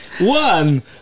One